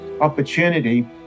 opportunity